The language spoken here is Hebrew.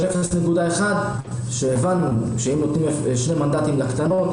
0.1. הבנו שאם נותנים שני מנדטים לקטנות,